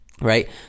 right